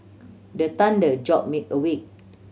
the thunder jolt me awake